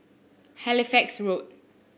Halifax Road